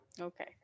Okay